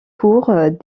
courts